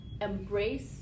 embrace